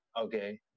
Okay